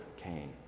Cain